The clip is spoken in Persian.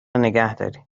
نگهدارید